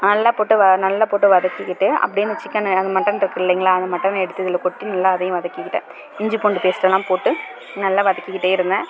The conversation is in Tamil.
நல்லா போட்டு நல்லா போட்டு வதக்கிக்கிட்டு அப்படியே அந்த சிக்கன் அந்த மட்டன் இருக்கு இல்லைங்களா அந்த மட்டனை எடுத்து இதில் கொட்டி நல்லா அதையும் வதக்கிக்கிட்டு இஞ்சி பூண்டு பேஸ்டெல்லாம் போட்டு நல்லா வதக்கிக்கிட்டே இருந்தேன்